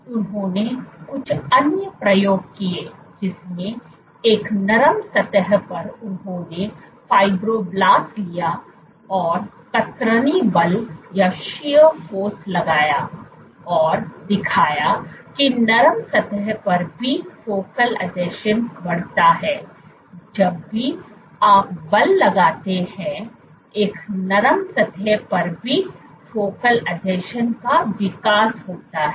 तो उन्होंने कुछ अन्य प्रयोग किए जिसमें एक नरम सतह पर उन्होंने फाइब्रोब्लास्ट्स लिया और कतरनी बल लगाया और दिखाया कि नरम सतह पर भी फोकल आसंजन बढ़ता है जब भी आप बल लगाते हैं एक नरम सतह पर भी फोकल आसंजन का विकास होता है